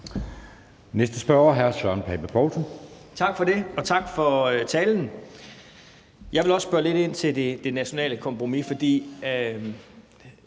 Kl. 13:16 Søren Pape Poulsen (KF): Tak for det, og tak for talen. Jeg vil også spørge lidt ind til det nationale kompromis, for